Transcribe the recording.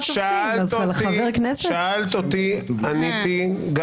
שאלת אותי, עניתי.